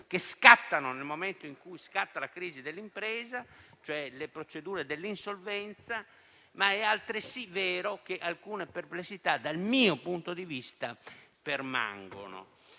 che scattano nel momento in cui si determina la crisi dell'impresa, cioè le procedure dell'insolvenza, ma è altresì vero che, dal mio punto di vista, permangono